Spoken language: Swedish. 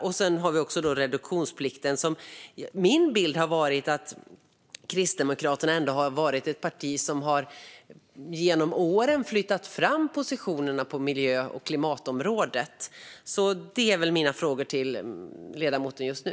Och så har vi reduktionsplikten. Min bild har varit att Kristdemokraterna har varit ett parti som genom åren har flyttat fram positionerna på klimat och miljöområdet. Det är väl mina frågor till ledamoten just nu.